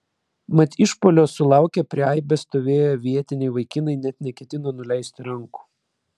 mat išpuolio sulaukę prie aibės stovėję vietiniai vaikinai net neketino nuleisti rankų